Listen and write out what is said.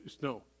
No